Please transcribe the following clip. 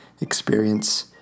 experience